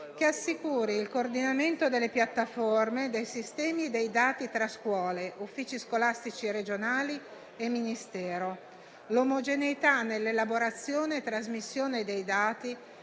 che assicuri il coordinamento delle piattaforme dei sistemi dei dati tra scuole, uffici scolastici regionali e Ministero, l'omogeneità nell'elaborazione e trasmissione dei dati,